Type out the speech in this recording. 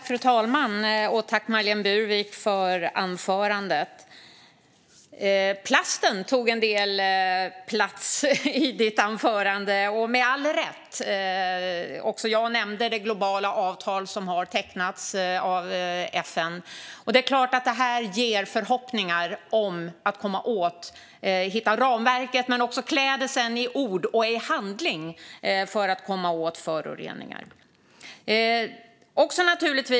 Fru talman! Jag tackar Marlene Burwick för anförandet, där plasten med all rätt tog en del plats. Även jag nämnde det globala avtal som har tecknats av FN. Det är klart att det här ger förhoppningar om att man hittar ramverket men sedan också klär det i ord och i handling för att komma åt föroreningar.